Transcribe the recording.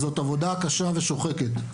זאת עבודה קשה ושוחקת.